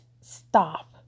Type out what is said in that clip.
stop